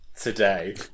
today